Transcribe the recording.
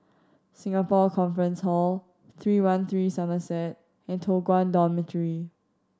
Singapore Conference Hall Three One Three Somerset and Toh Guan Dormitory